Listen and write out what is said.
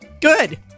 good